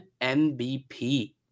MVP